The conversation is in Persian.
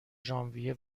ژانویه